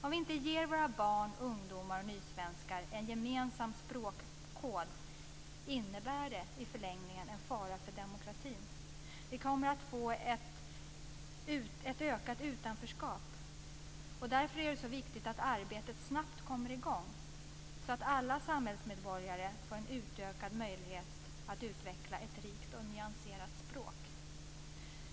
Om vi inte ger våra barn, ungdomar och nysvenskar en gemensam språkkod innebär det i förlängningen en fara för demokratin. Vi kommer att få ett ökat utanförskap. Därför är det så viktigt att arbetet snabbt kommer i gång, så att alla samhällsmedborgare får en utökad möjlighet att utveckla ett rikt och nyanserat språk.